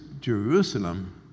Jerusalem